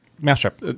Mousetrap